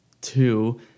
Two